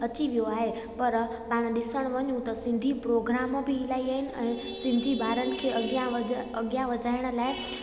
अची वियो आहे पर पाण ॾिसण वञूं त सिंधी प्रोग्राम बि इलाही आहिनि ऐं सिंधी ॿारनि खे अॻियां वध वधाइण लाइ